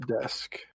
desk